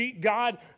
God